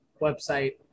website